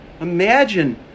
Imagine